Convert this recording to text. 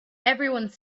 everyone